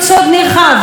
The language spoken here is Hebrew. אילו הוא היה פלסטיני,